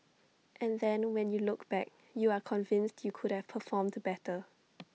and then when you look back you are convinced you could have performed better